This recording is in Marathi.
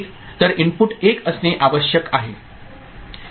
तर इनपुट 1 असणे आवश्यक आहे